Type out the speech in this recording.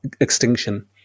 extinction